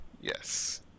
Yes